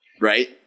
Right